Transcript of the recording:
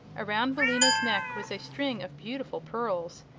around billina's neck was a string of beautiful pearls,